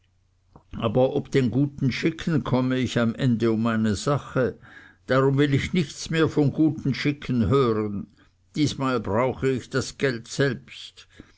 aber ob den guten schicken komme ich am ende um meine sache darum will ich nichts mehr von guten schicken hören diesmal brauche ich das geld selbst